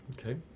Okay